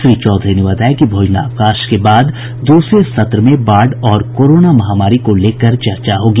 श्री चौधरी ने बताया कि भोजनावकाश के बाद दूसरे सत्र में बाढ़ और कोरोना महामारी को लेकर चर्चा होगी